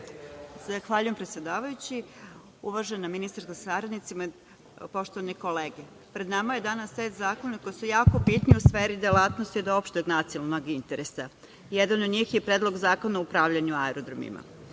Zahvaljujem predsedavajući. Uvažena ministarka sa saradnicima, poštovane kolege, pred nama je danas set zakona koji su jako bitni u sferi delatnosti od opšteg nacionalnog interesa. Jedan od njih je predlog zakona o upravljanju aerodromima.